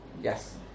Yes